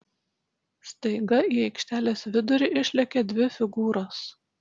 staiga į aikštelės vidurį išlėkė dvi figūros